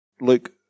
Luke